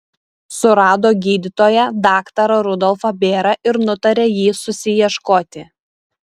surado gydytoją daktarą rudolfą bėrą ir nutarė jį susiieškoti